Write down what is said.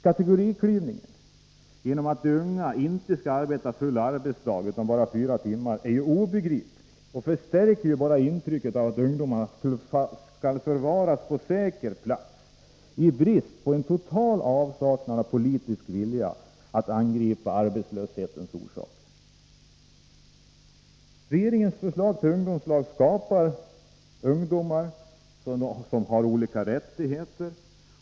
Katergoriklyvningen — eftersom unga inte skall arbeta hel arbetsdag utan endast fyra timmar — är obegriplig och förstärker bara intrycket att ungdomarna skall förvaras på säker plats. Det vittnar om total avsaknad av politisk vilja att angripa arbetslöshetens orsaker. Regeringens förslag till ungdomslag skapar ungdomskategorier med olika rättigheter.